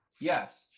Yes